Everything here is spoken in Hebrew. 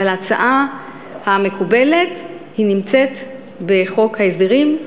אבל ההצעה המקובלת נמצאת בחוק ההסדרים,